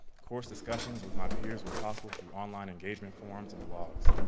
course discussions with my peers were possible through online engagement forums and blogs,